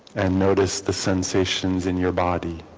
and notice the sensations in your body